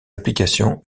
applications